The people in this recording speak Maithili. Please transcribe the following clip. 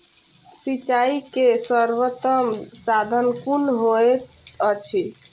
सिंचाई के सर्वोत्तम साधन कुन होएत अछि?